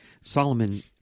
Solomon